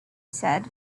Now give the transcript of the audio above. said